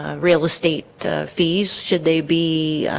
ah real estate fees should they be?